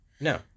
No